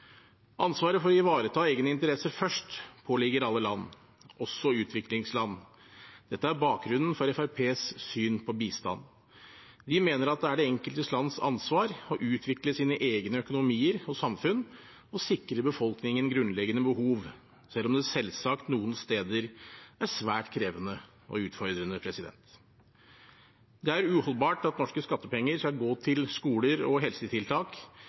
Ansvaret for å ivareta egne interesser først påligger alle land, også utviklingsland. Dette er bakgrunnen for Fremskrittspartiets syn på bistand. Vi mener at det er det enkelte lands ansvar å utvikle sine egne økonomier og samfunn og sikre befolkningen grunnleggende behov, selv om det selvsagt noen steder er svært krevende og utfordrende. Det er uholdbart at norske skattepenger skal gå til skoler og helsetiltak